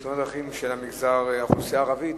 בתאונות דרכים של האוכלוסייה הערבית.